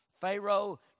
Pharaoh